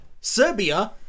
Serbia